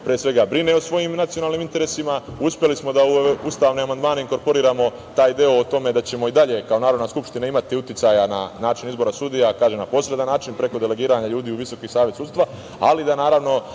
pre svega, brine o svojim nacionalnim interesima. Uspeli smo da u ove ustavne amandmane inkorporiramo taj deo o tome da ćemo i dalje kao Narodna skupština imati uticaja na način izbora sudija, kažem na posredan način, preko delegiranja ljudi u Visoki savet sudstva, ali da, naravno,